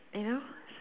you know